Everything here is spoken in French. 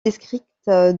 district